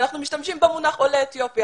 ואנחנו משתמשים במונח עולה אתיופיה.